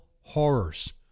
horrors